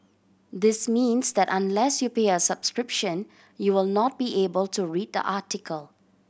this means that unless you pay a subscription you will not be able to read the article